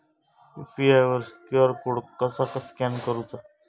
UPI वर QR code कसा scan करूचा?